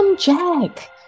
jack